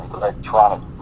electronic